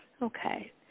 Okay